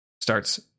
starts